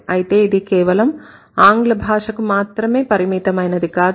అయితే ఇది కేవలం ఆంగ్ల భాషకు మాత్రమే పరిమితమైనది కాదు